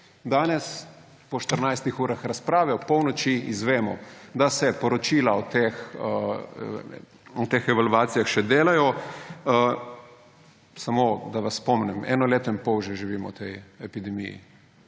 štirinajstih urah razprave ob polnoči izvemo, da se poročila o teh evalvacijah še delajo. Samo da vas spomnim, eno leto in pol že živimo v tej epidemiji.